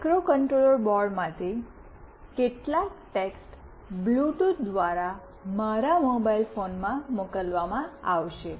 microcontroller બોર્ડમાંથી કેટલાક text Bluetooth દ્વારા મારા મોબાઇલ ફોનમાં મોકલવામાં આવશે